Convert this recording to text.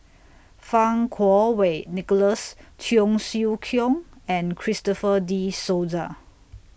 Fang Kuo Wei Nicholas Cheong Siew Keong and Christopher De Souza